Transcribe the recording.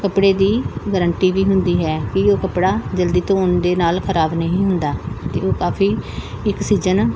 ਕੱਪੜੇ ਦੀ ਗਰੰਟੀ ਵੀ ਹੁੰਦੀ ਹੈ ਕਿ ਉਹ ਕੱਪੜਾ ਜਲਦੀ ਧੋਣ ਦੇ ਨਾਲ ਖਰਾਬ ਨਹੀਂ ਹੁੰਦਾ ਅਤੇ ਉਹ ਕਾਫੀ ਇੱਕ ਸੀਜਨ